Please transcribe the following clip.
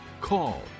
call